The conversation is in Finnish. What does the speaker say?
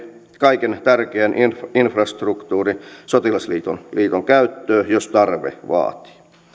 kaiken tärkeän infrastruktuurin sotilasliiton käyttöön jos tarve vaatii